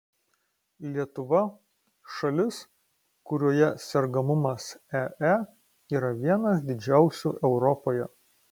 lietuva šalis kurioje sergamumas ee yra vienas didžiausių europoje